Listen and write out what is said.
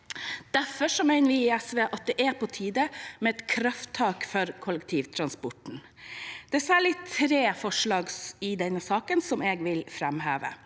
Derfor mener vi i SV det er på tide med et krafttak for kollektivtransporten. Det er særlig tre forslag i denne saken jeg vil framheve.